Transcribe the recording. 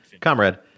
comrade